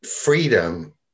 freedom